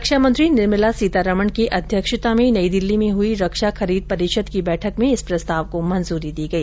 रक्षा मंत्री निर्मला सीतारमण की अध्यक्षता में नई दिल्ली में हुई रक्षा खरीद परिषद की बैठक में इस प्रस्ताव को मंजूरी दी गई